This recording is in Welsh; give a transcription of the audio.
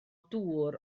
dŵr